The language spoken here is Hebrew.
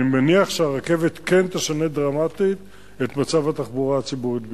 אני מניח שהרכבת כן תשנה דרמטית את מצב התחבורה הציבורית בירושלים.